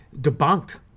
debunked